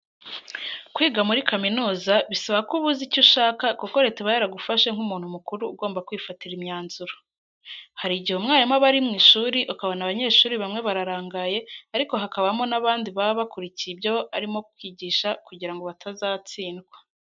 Kwiga muri kaminuza bisaba ko uba uzi icyo ushaka kuko Leta iba yaragufashe nk'umuntu mukuru ugomba kwifatira imyanzuro. Hari igihe umwarimu aba ari mu ishuri ukabona abanyeshuri bamwe bararangaye ariko hakabamo n'abandi baba bakurikiye ibyo arimo kwigisha kugira ngo batazatsindwa.